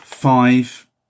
five